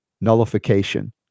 nullification